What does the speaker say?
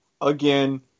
again